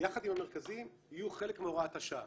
יחד עם המרכזים יהיו חלק מהוראת השעה.